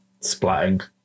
splatting